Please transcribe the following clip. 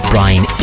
Brian